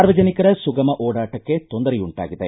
ಸಾರ್ವಜನಿಕರ ಸುಗಮ ಓಡಾಟಕ್ಕೆ ತೊಂದರೆಯುಂಟಾಗಿದೆ